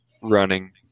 running